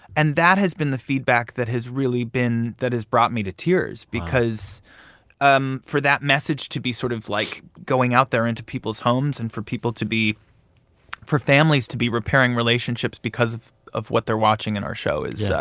and that has been the feedback that has really been that has brought me to tears because um for that message to be sort of like going out there into people's homes and for people to be for families to be repairing relationships because of of what they're watching in our show is yeah